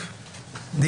18,000. כן, המצגת נמצאת.